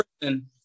person